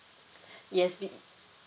yes